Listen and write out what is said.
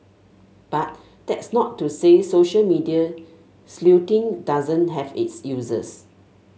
but that's not to say social media sleuthing doesn't have its uses